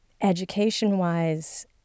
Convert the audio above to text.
Education-wise